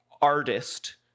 artist